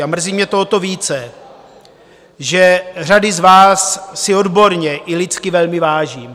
A mrzí mě to o to více, že řady z vás si odborně i lidsky velmi vážím.